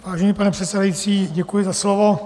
Vážený pane předsedající, děkuji za slovo.